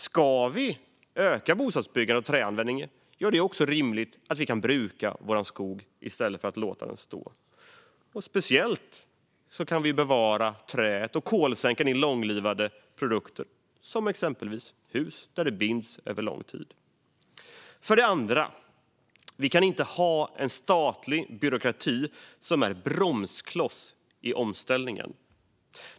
Ska vi öka bostadsbyggandet och träanvändningen är det också rimligt att vi kan bruka vår skog i stället för att låta den stå. Vi kan bevara träet och kolsänkan i långlivade produkter som exempelvis hus, där det binds över lång tid. För det andra: Vi kan inte ha en statlig byråkrati som bromskloss för omställningen.